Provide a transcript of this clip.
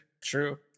True